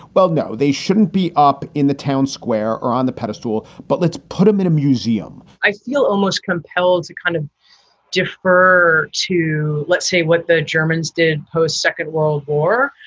well, no, they shouldn't be up in the town square or on the pedestal, but let's put them in a museum i feel almost compelled to kind of defer to, let's say, what the germans did post second world war,